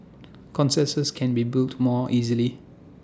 consensus can be built more easily